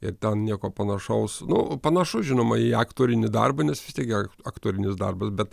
ir ten nieko panašaus nu panašu žinoma į aktorinį darbą nes vis tiek gi aktorinis darbas bet